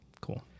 Cool